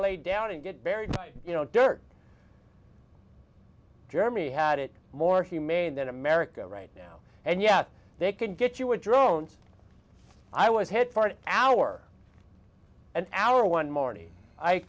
lay down and get buried you know dirt germany had it more humane than america right now and yet they can get you were drones i was hit for an hour an hour one morning i